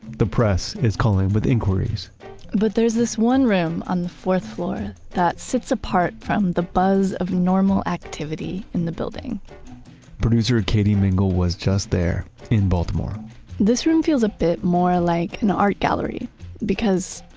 the press is calling with inquiries but there's this one room on the fourth floor that sits apart from the buzz of normal activity in the building producer katie mingle was just there in baltimore this room feels a bit more like an art gallery because,